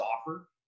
offer